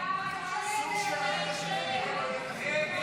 הסתייגות 66 לא נתקבלה.